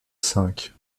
cinq